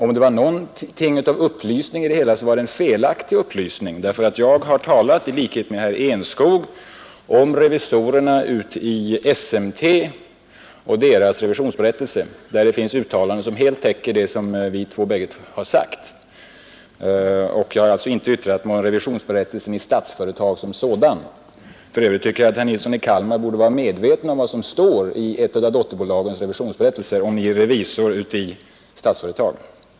Om det var någonting av upplysning i det hela, så var det en felaktig upplysning, därför att jag har — i likhet med herr Enskog — talat om revisorerna i SMT och deras revisionsberättelse, där det finns uttalanden som helt täcker det vi bägge har sagt. Jag har alltså inte yttrat mig om revisionsberättelsen i själva Statsföretag. För övrigt tycker jag att herr Nilsson i Kalmar borde vara medveten om vad som står i revisionsberättelsen för ett av dotterbolagen — han är ju revisor i Statsföretag.